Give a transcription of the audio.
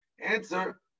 Answer